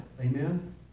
amen